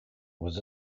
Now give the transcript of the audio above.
was